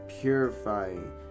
purifying